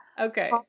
Okay